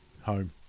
home